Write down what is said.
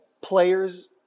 players